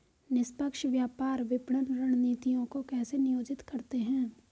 निष्पक्ष व्यापार विपणन रणनीतियों को कैसे नियोजित करते हैं?